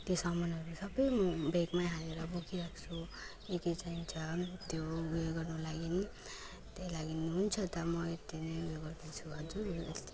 त्यो सामानहरू सबै म ब्यागमै हालेर बोकिराख्छु के के चाहिन्छ त्यो ऊ यो गर्नु लागि त्यही लागि हुन्छ त म यति नै ऊ यो गर्दैछु हजुर